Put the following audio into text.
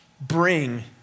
bring